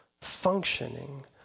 functioning